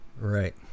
Right